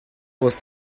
was